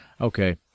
Okay